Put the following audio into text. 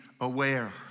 aware